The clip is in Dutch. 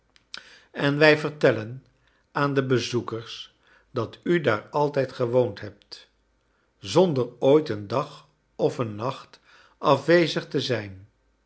en wij vertellen aan de bezoekers dat u daar altijd gewoond hebt zonder ooit een dag of een nacht afwezig te zijn